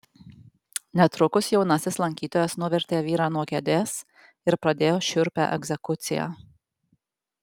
netrukus jaunasis lankytojas nuvertė vyrą nuo kėdės ir pradėjo šiurpią egzekuciją